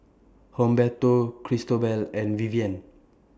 Humberto Cristobal and Vivian